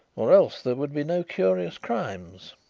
or else there would be no curious crimes.